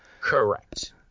Correct